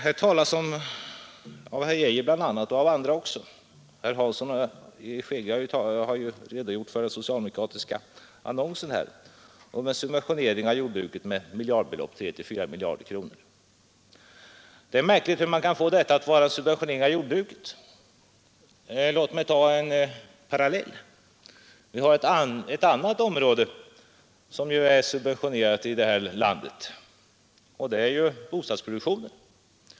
Herr Geijer och även andra — herr Hansson i Skegrie har nyss redogjort för den socialdemokratiska annonsen — talar om en subventionering av jordbruket med tre fyra miljarder kronor. Det är märkligt hur man kan få detta till att vara en subventionering av jordbruket. Låt mig dra en parallell med ett annat område som är subventionerat i vårt land, nämligen bostadsproduktionen.